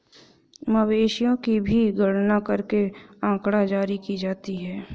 मवेशियों की भी गणना करके आँकड़ा जारी की जाती है